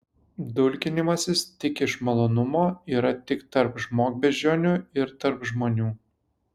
dulkinimasis tik iš malonumo yra tik tarp žmogbeždžionių ir tarp žmonių